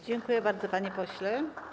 Dziękuję bardzo, panie pośle.